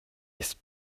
ist